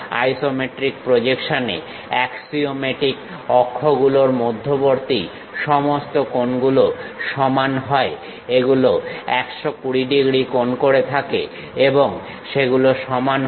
isometric প্রজেকশনে অ্যাক্সিওমেটিক অক্ষগুলোর মধ্যবর্তী সমস্ত কোণগুলো সমান হয় এগুলো 120 ডিগ্রী কোণ করে থাকে এবং সেগুলো সমান হয়